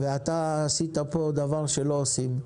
אתה עשית פה דבר שלא עושים.